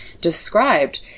described